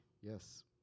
Yes